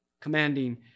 commanding